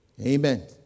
Amen